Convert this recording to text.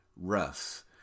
Russ